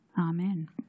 amen